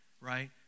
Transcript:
right